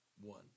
one